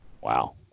Wow